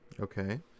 Okay